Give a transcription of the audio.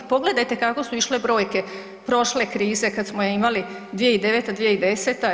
Pogledajte kako su išle brojke prošle krize kada smo je imali 2009. 2010.